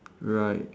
right